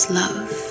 love